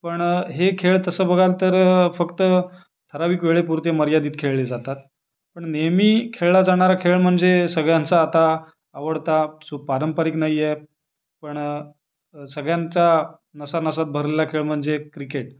पण हे खेळ तसं बघाल तर फक्त ठरावीक वेळेपुरते मर्यादित खेळले जातात पण नेहमी खेळला जाणारा खेळ म्हणजे सगळ्यांचा आता आवडता जो पारंपरिक नाही आहे पण सगळ्यांचा नसानसांत भरलेला खेळ म्हणजे क्रिकेट